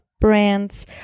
brands